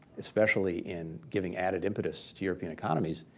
especially in giving added impetus to european economies,